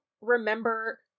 remember